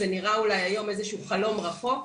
זה נראה עכשיו איזה חלום רחוק,